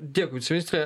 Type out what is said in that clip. dėkui viceministre